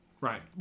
Right